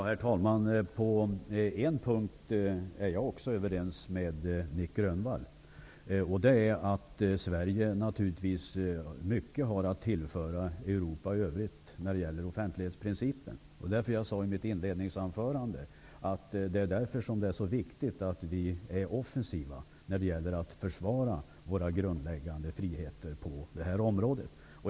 Herr talman! På en punkt är också jag överens med Nic Grönvall: Sverige har naturligtvis mycket att tillföra Europa i övrigt när det gäller offentlighetsprincipen. Därför sade jag i mitt inledningsanförande att det är viktigt att vi är offensiva när det gäller att försvara våra grundläggande friheter på det här området.